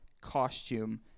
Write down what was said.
costume